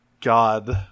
God